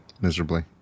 miserably